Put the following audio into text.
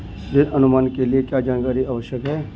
ऋण अनुमान के लिए क्या जानकारी आवश्यक है?